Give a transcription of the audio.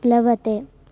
प्लवते